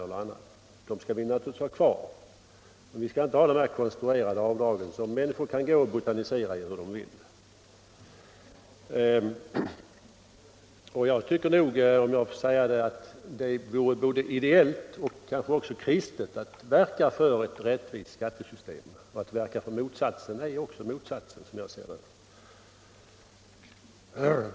Sådana avdrag skall vi ha kvar, men inte konstruerade, som människor kan botanisera i hur de vill. Jag tycker nog, om jag får säga det, att det är både ideellt och kristet att verka för ett rättvist skattesystem och inte motsatsen.